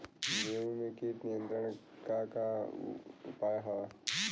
गेहूँ में कीट नियंत्रण क का का उपाय ह?